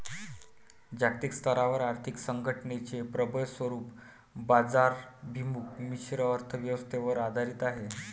जागतिक स्तरावर आर्थिक संघटनेचे प्रबळ स्वरूप बाजाराभिमुख मिश्र अर्थ व्यवस्थेवर आधारित आहे